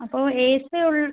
അപ്പോൾ A C